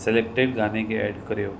selected गाने खे add करियो